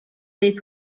dei